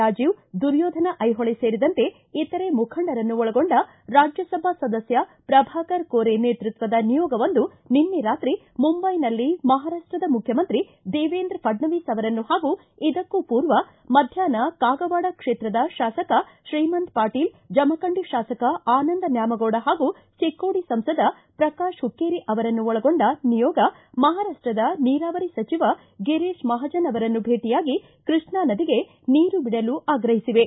ರಾಜೀವ್ ದುರ್ಯೋಧನ ಐಹೊಳೆ ಸೇರಿದಂತೆ ಇತರೆ ಮುಖಂಡರನ್ನು ಒಳಗೊಂಡ ರಾಜ್ಯಸಭಾ ಸದಸ್ಯ ಪ್ರಭಾಕರ ಕೋರೆ ನೇತೃತ್ವದ ನಿಯೋಗವೊಂದು ನಿನ್ನೆ ರಾತ್ರಿ ಮುಂಬಯಿನಲ್ಲಿ ಮಹಾರಾಷ್ಟದ ಮುಖ್ಯಮಂತ್ರಿ ದೇವೇಂದ್ರ ಫಡ್ನವಿಸ್ ಅವರನ್ನು ಹಾಗೂ ಇದಕ್ಕೂ ಪೂರ್ವ ಮಧ್ಯಾಹ್ನ ಕಾಗವಾಡ ಕ್ಷೇತ್ರದ ಶಾಸಕ ಶ್ರೀಮಂತ ಪಾಟೀಲ್ ಜಮಖಂಡಿ ಶಾಸಕ ಆನಂದ ನ್ನಾಮಗೌಡ ಹಾಗೂ ಚಿಕ್ಕೋಡಿ ಸಂಸದ ಪ್ರಕಾಶ ಹುಕ್ಕೇರಿ ಅವರನ್ನು ಒಳಗೊಂಡ ನಿಯೋಗ ಮಹಾರಾಷ್ಟದ ನೀರಾವರಿ ಸಚಿವ ಗಿರೀಶ್ ಮಹಾಜನ ಅವರನ್ನು ಭೇಟಯಾಗಿ ಕೃಷ್ಣಾ ನದಿಗೆ ನೀರು ಬಿಡಲು ಆಗ್ರಹಿಸಿವೆ